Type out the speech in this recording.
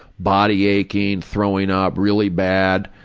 body aching, throwing up, really bad,